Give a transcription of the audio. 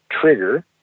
trigger